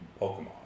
Pokemon